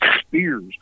spears